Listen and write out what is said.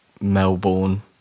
Melbourne